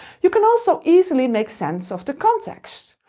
you can also easily make sense of the context.